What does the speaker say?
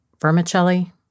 vermicelli